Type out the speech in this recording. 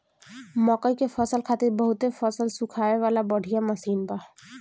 मकई के फसल खातिर बहुते फसल सुखावे वाला बढ़िया मशीन बा